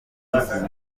serivisi